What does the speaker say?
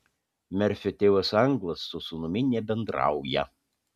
merfio tėvas anglas su sūnumi nebendrauja